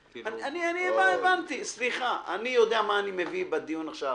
אני יודע מה אני מביא בדיון עכשיו.